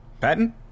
Patton